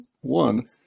one